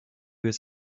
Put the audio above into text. was